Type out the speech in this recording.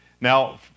Now